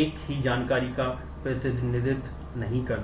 एक ही जानकारी का प्रतिनिधित्व नहीं करता है